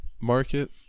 market